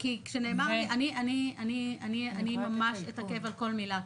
אני ממש אתעכב על כל מילה,